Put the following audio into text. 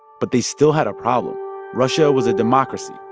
but they still had a problem. russia was a democracy,